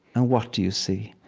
and what do you see?